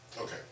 Okay